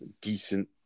decent